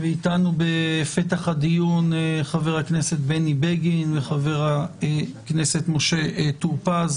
איתנו בפתח הדיון חבר הכנסת בני בגין וחבר הכנסת משה טור פז,